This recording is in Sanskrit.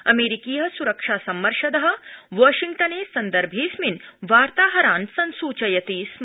अमेरिकीय सुरक्षा सम्मर्शद वाशिंग्टने प्रसंगेऽस्मिन् वार्ताहरान् संसूचयति स्म्